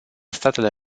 statele